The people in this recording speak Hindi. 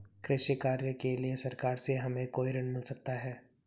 कृषि कार्य के लिए सरकार से हमें कोई ऋण मिल सकता है?